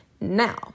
Now